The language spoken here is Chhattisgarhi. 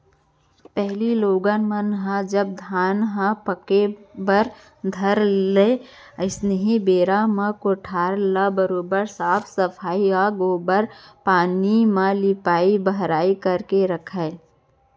पहिली लोगन मन ह जब धान ह पाके बर धरय अइसनहे बेरा म कोठार ल बरोबर साफ सफई ए गोबर पानी म लिपाई बहराई करके राखयँ